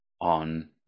on